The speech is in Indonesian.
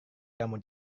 kamu